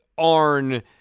Arn